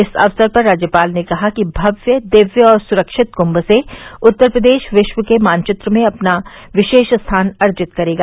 इस अवसर पर राज्यपाल ने कहा कि भव्य दिव्य और सुरक्षित कुंभ से उत्तर प्रदेश विश्व के मानचित्र में विशेष स्थान अर्जित करेगा